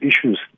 issues